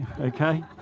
okay